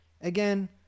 Again